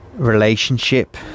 Relationship